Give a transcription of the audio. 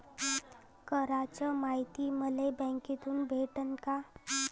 कराच मायती मले बँकेतून भेटन का?